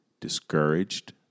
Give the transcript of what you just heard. discouraged